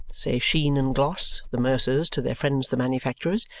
say sheen and gloss, the mercers, to their friends the manufacturers,